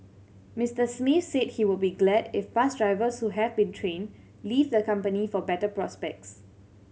Mister Smith said he would be glad if bus drivers who have been trained leave the company for better prospects